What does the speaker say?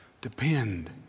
Depend